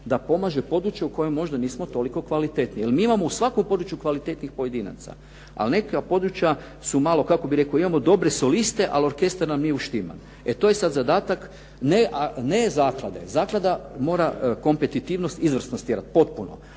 da pomaže područje u kojem možda nismo toliko kvalitetni. Jer mi imamo u svakom području kvalitetnih pojedinaca. Ali neka područja su malo, kako bih rekao, imamo dobre soliste, ali orkestar nam nije uštiman. E to je sad zadatak ne zaklade, zaklada mora kompetitivnost izvrsnost tjerati potpuno,